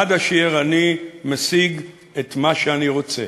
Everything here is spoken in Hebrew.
עד אשר אני משיג את מה שאני רוצה.